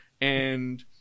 And-